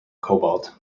cobalt